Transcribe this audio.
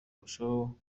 kurushaho